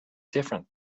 different